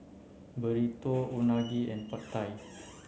Burrito Unagi and Pad Thai